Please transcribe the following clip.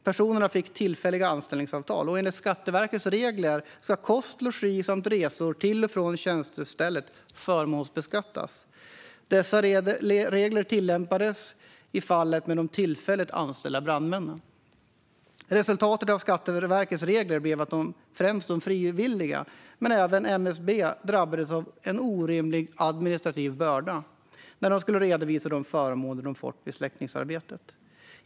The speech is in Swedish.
Personerna fick tillfälliga anställningsavtal. Enligt Skatteverkets regler ska kost, logi samt resor till och från tjänstestället förmånsbeskattas. Dessa regler tillämpades i fallet med de tillfälligt anställda brandmännen. Resultatet av Skatteverkets regler blev att främst de frivilliga, men även MSB, drabbades av en orimlig administrativ börda när de skulle redovisa de förmåner de fått vid släckningsarbetet.